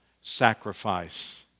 sacrifice